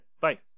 bye